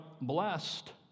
blessed